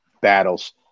battles